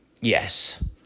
Yes